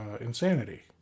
insanity